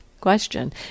question